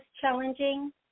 challenging